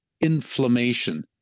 inflammation